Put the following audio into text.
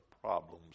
problems